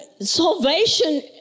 Salvation